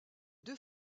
deux